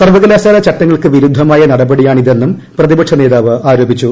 സർവ്വകലാശാല ചട്ടങ്ങൾക്ക് വിരുദ്ധമായ നടപടിയാണിതെന്നും പ്രതിപക്ഷ നേതാവ് ആരോപിച്ചു